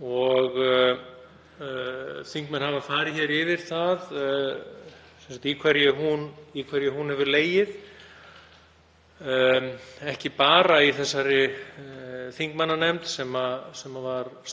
þingmenn hafa farið yfir í hverju hún hefur legið, ekki bara í þeirri þingmannanefnd sem